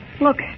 Look